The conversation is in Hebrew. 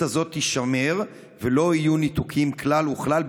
הזאת תישמר ולא יהיו ניתוקים כלל וכלל,